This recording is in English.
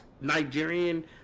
Nigerian